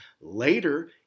Later